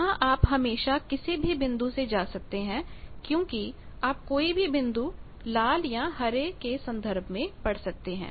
यहां आप हमेशा किसी भी बिंदु से जा सकते हैं क्योंकि आप कोई भी बिंदु लाल या हरे के संदर्भ में पढ़ सकते हैं